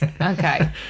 Okay